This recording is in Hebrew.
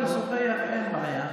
נשוחח, אין בעיה.